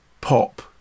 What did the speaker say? pop